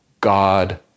God